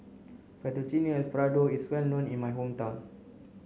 Fettuccine Alfredo is well known in my hometown